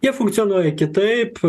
jie funkcionuoja kitaip